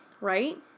right